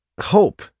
hope